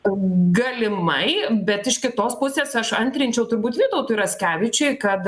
galimai bet iš kitos pusės aš antrinčiau turbūt vytautui raskevičiui kad